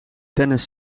tennis